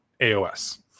AOS